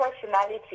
personality